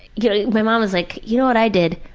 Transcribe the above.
you know my mom is like, you know what i did?